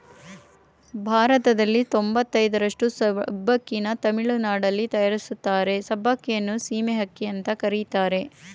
ಭಾರತದಲ್ಲಿ ತೊಂಬತಯ್ದರಷ್ಟು ಸಬ್ಬಕ್ಕಿನ ತಮಿಳುನಾಡಲ್ಲಿ ತಯಾರಿಸ್ತಾರೆ ಸಬ್ಬಕ್ಕಿಯನ್ನು ಸೀಮೆ ಅಕ್ಕಿ ಅಂತ ಕರೀತಾರೆ